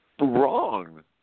wrong